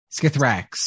Skithrax